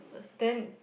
then